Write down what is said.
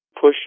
push